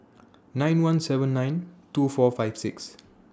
nine one seven nine two four five six